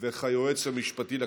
וכיועץ המשפטי לכנסת.